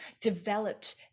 developed